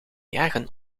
jagen